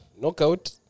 knockout